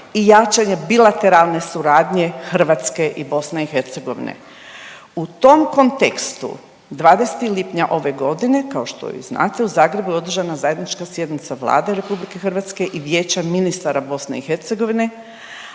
i jačanje bilateralne suradnje Hrvatske i BiH. U tom kontekstu 20. lipnja ove godine kao što i znate u Zagrebu je održana zajednička sjednica Vlade RH i Vijeća ministara BiH, a predsjednik